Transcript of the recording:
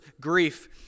grief